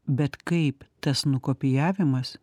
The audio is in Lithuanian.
bet kaip tas nukopijavimas